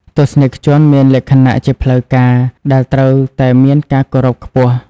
ទស្សនិកជនមានលក្ខណៈជាផ្លូវការដែលត្រូវតែមានការគោរពខ្ពស់។